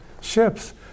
ships